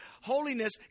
Holiness